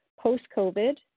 Post-COVID